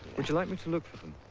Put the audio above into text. would you like me to look for them?